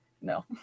No